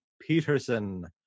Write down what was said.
Peterson